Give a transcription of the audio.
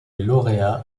lauréat